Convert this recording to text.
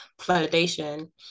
validation